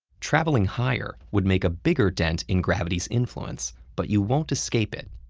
traveling higher would make a bigger dent in gravity's influence, but you won't escape it.